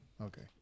okay